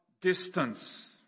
distance